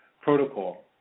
protocol